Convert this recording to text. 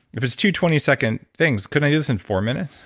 if it's two twenty second things, can i use in four minutes?